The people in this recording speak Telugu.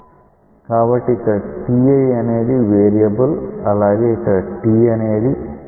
కాబట్టి ఇక్కడ ti అనేది వేరియబుల్ అలాగే ఇక్కడ t అనేది వేరియబుల్